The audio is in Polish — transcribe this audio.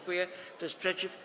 Kto jest przeciw?